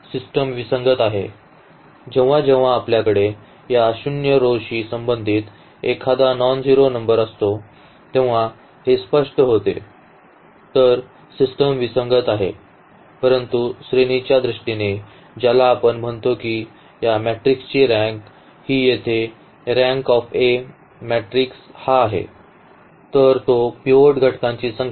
system विसंगत आहे जेव्हा जेव्हा आपल्याकडे या शून्य rowशी संबंधित एखादा नॉनझेरो नंबर असतो तेव्हा हे स्पष्ट होते तर सिस्टम विसंगत आहे परंतु श्रेणीच्या दृष्टीने ज्याला आपण म्हणतो की या मॅट्रिक्सची रँक ही येथे रँक मॅट्रिक्स हा आहे तो हा r आहे पिव्होट घटकांची संख्या